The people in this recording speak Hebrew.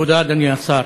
תודה, אדוני השר.